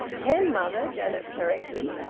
ten, mother, janet corrected.